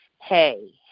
hey